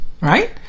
Right